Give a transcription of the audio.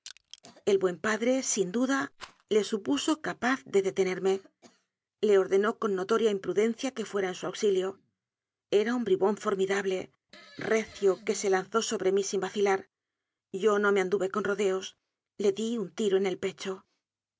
el buen padre sin duda le supuso capaz de detenerme le ordenó con notoria imprudencia que fuera en su auxilio era un bribón formida ble recio que se lanzó sobre mí sin vacilar yo no me anduve con rodeos le di un tiro en el pecho